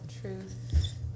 truth